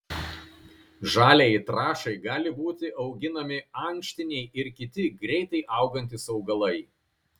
žaliajai trąšai gali būti auginami ankštiniai ir kiti greitai augantys augalai